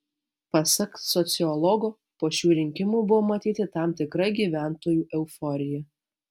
pasak sociologo po šių rinkimų buvo matyti tam tikra gyventojų euforija